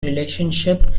relationship